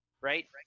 Right